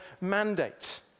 mandate